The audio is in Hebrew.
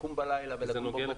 לקום בלילה ולצאת.